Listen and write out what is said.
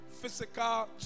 physical